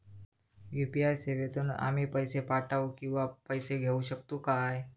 UPI सेवेतून आम्ही पैसे पाठव किंवा पैसे घेऊ शकतू काय?